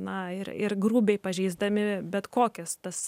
na ir ir grubiai pažeisdami bet kokias tas